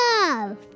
love